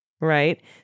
right